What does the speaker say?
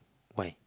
why